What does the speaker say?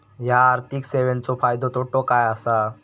हया आर्थिक सेवेंचो फायदो तोटो काय आसा?